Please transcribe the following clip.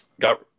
Got